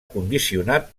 condicionat